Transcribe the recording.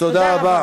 תודה רבה.